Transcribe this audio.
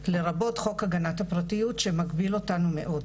לרבות חוק הגנת הפרטיות שמגביל אותנו מאוד.